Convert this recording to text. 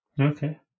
Okay